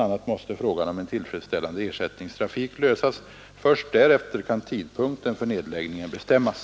a. måste frågan om en tillfredsställande ersättningstrafik lösas. Först därefter kan tidpunkten för nedläggningen bestämmas.